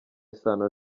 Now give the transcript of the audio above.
isano